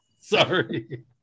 Sorry